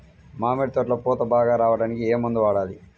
మామిడి తోటలో పూత బాగా రావడానికి ఏ మందు వాడాలి?